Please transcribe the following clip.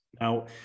Now